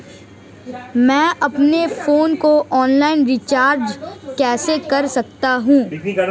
मैं अपने फोन को ऑनलाइन रीचार्ज कैसे कर सकता हूं?